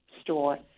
store